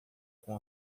com